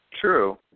True